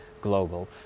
global